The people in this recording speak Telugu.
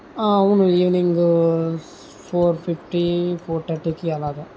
అవును ఈవినింగ్ ఫోర్ ఫిఫ్టీ ఫోర్ థర్టీకి అలాగా